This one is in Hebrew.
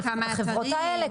החברות האלה,